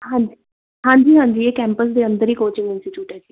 ਹਾਂਜੀ ਹਾਂਜੀ ਹਾਂਜੀ ਇਹ ਕੈਂਪਸ ਦੇ ਅੰਦਰ ਹੀ ਕੋਚਿੰਗ ਇੰਸਟੀਟਿਊਟ ਹੈ ਜੀ